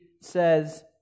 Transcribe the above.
says